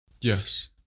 Yes